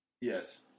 Yes